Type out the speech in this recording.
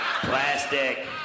Plastic